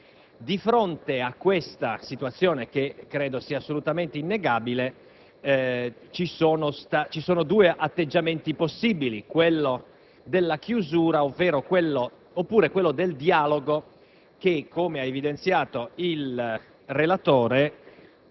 anche a causa del numero elevato di abitanti. Di fronte a tale situazione, che credo sia assolutamente innegabile, vi sono due atteggiamenti possibili: quello della chiusura e quello del dialogo